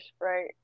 right